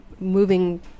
moving